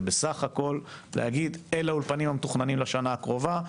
זה בסך הכול להגיד אלה האולפנים המתוכננים לשנה הקרובה,